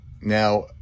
Now